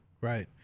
Right